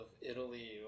Italy